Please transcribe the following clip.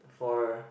for